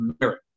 merit